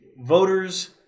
voters